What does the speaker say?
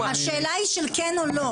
השאלה היא של כן או לא.